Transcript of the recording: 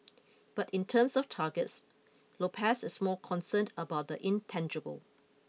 but in terms of targets Lopez is more concerned about the intangible